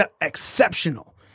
exceptional